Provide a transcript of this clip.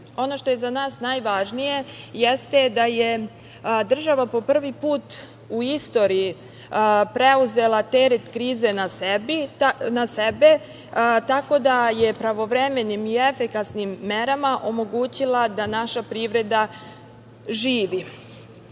što je za nas najvažnije jeste da je država po prvi put u istoriji preuzela teret krize na sebe, tako da je pravovremenim i efikasnim merama omogućila da naša privreda živi. Imali